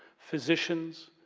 physicians,